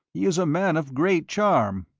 he is a man of great charm.